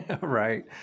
right